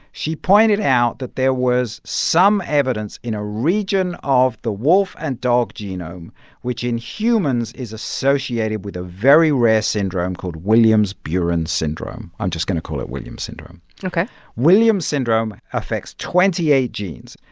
she pointed out that there was some evidence in a region of the wolf and dog genome which, in humans, is associated with a very rare syndrome called williams-beuren syndrome. i'm just going to call it williams syndrome ok williams syndrome affects twenty eight genes.